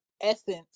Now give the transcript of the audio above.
essence